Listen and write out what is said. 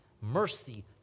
Mercy